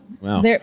Wow